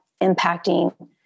impacting